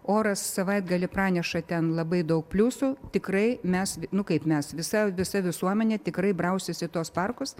oras savaitgalį praneša ten labai daug pliusų tikrai mes nu kaip mes visa visa visuomenė tikrai brausis į tuos parkus